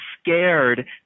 scared